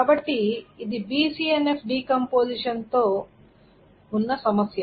కాబట్టి ఇది BCNF decomposition తో సమస్య